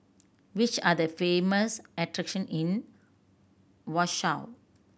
which are the famous attraction in Warsaw